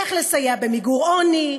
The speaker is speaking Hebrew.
איך לסייע במיגור עוני,